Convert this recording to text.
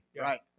Right